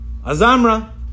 Azamra